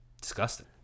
disgusting